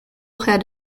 had